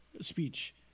speech